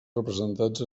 representats